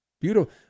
Beautiful